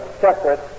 separate